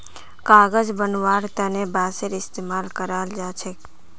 कागज बनव्वार तने बांसेर इस्तमाल कराल जा छेक